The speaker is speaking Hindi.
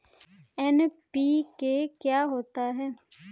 एन.पी.के क्या होता है?